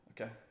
Okay